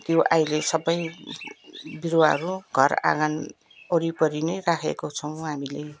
त्यो अहिले सबै बिरुवाहरू घर आँगनवरिपरि नै राखेको छौँ हामीले